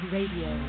Radio